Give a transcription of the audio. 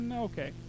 Okay